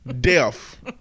Deaf